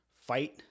fight